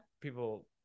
People